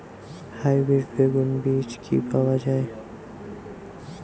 Hybrid বেগুন বীজ কি পাওয়া য়ায়?